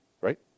right